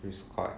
it's quite